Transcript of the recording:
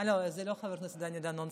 אה, זה לא חבר הכנסת דני דנון.